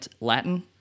Latin